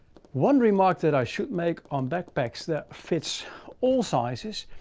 one remark that i should make on backpacks that fit all sizes.